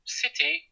city